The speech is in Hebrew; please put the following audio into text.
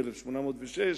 ב-1806,